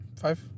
Five